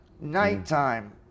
nighttime